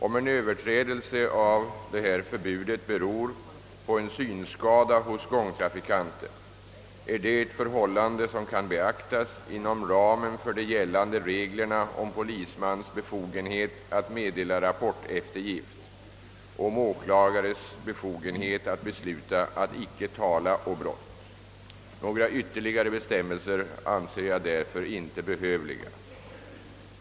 Om en överträdelse av det nämnda förbudet beror på en synskada hos gångtrafikanten, är detta ett förhållande som kan beaktas inom ramen för de gällande reglerna om polismans befo genhet att meddela rapporteftergift och om åklagares befogenhet att besluta att icke tala å brott. Några ytterligare bestämmelser anser jag därför inte behövliga.